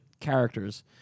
characters